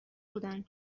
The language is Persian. بودن